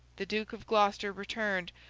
the duke of gloucester returned,